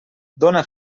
dóna